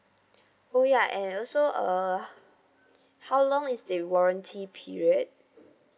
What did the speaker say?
oh ya and also uh how long is the warranty period